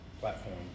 platform